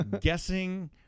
guessing